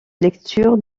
lecture